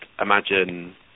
imagine